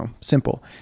simple